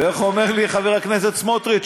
איך אומר לי חבר הכנסת סמוטריץ?